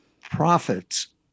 profits